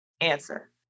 Answer